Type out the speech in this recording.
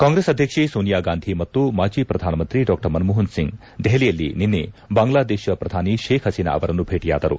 ಕಾಂಗ್ರೆಸ್ ಅಧ್ಯಕ್ಷೆ ಸೋನಿಯಾಗಾಂಧಿ ಮತ್ತು ಮಾಜಿ ಪ್ರಧಾನ ಮಂತ್ರಿ ಡಾ ಮನಮೋಹನ್ ಸಿಂಗ್ ದೆಹಲಿಯಲ್ಲಿ ನಿನ್ನೆ ಬಾಂಗ್ಲಾದೇಶ ಪ್ರಧಾನಿ ಶೇಖ್ ಹಸೀನಾ ಅವರನ್ನು ಭೇಟಿಯಾದರು